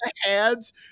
hands